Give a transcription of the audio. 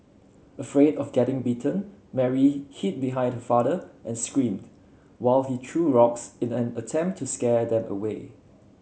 afraid of getting bitten Mary hid behind her father and screamed while he threw rocks in an attempt to scare them away